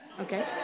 okay